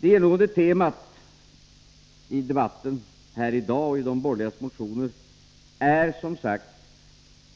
Det genomgående temat i debatten här och i de borgerligas motioner är, som sagt,